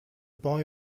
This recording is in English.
boy